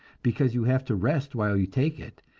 because you have to rest while you take it,